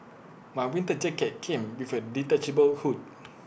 my winter jacket came with A detachable hood